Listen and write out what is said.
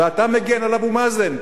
ואתה מגן על אבו מאזן.